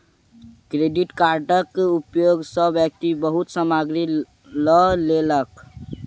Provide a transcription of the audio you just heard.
credit कार्डक उपयोग सॅ व्यक्ति बहुत सामग्री लअ लेलक